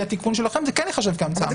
התיקון שלכם זה כן ייחשב כהמצאה מלאה.